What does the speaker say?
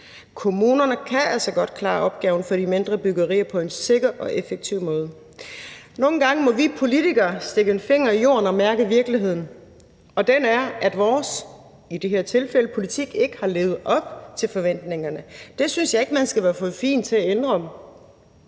Kommunerne kan altså godt klare opgaven for de mindre byggerier på en sikker og effektiv måde. Nogle gange må vi politikere stikke en finger i jorden og mærke virkeligheden, og den er i det her tilfælde, at vores politik ikke har levet op til forventningerne. Det synes jeg ikke man skal være for fin til at indrømme,